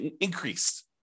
increased